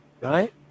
Right